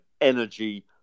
energy